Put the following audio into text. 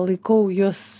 laikau jus